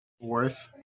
worth